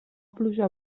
pluja